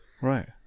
Right